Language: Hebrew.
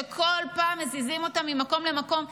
שכל פעם מזיזים אותו ממקום למקום.